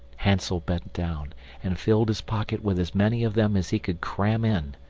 hansel bent down and filled his pocket with as many of them as he could cram in.